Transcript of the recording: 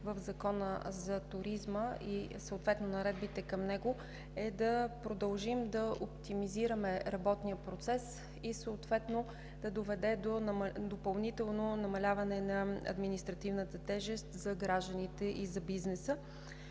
в Закона за туризма и съответно наредбите към него, е да продължим да оптимизираме работния процес и да доведе до допълнително намаляване на административната тежест за гражданите и за бизнеса